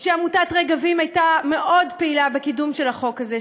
ועמותת "רגבים" הייתה מאוד פעילה בקידום של החוק הזה,